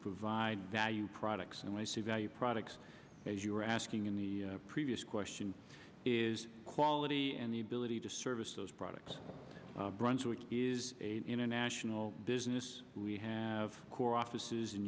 provide value products and we see value products as you were asking in the previous question is quality and the ability to service those products brunswick is a international business we have offices in